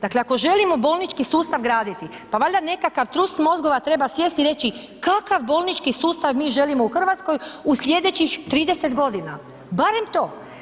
Dakle, ako želimo bolnički sustav graditi, pa valjda nekakav trust mozgova treba sjesti i reći kakav bolnički sustav mi želimo u Hrvatskoj u slijedećih 30 godina, barem to.